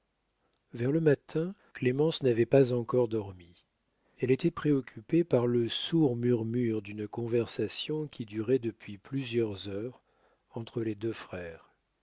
vers le matin clémence n'avait pas encore dormi elle était préoccupée par le sourd murmure d'une conversation qui durait depuis plusieurs heures entre les deux frères